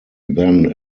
then